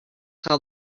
how